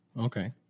Okay